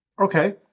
Okay